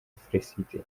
felicite